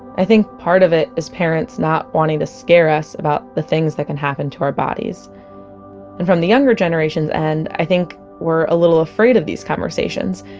i think part of it is parents not wanting to scare us about the things that can happen to our bodies and from the younger generation's end, and i think we're a little afraid of these conversations.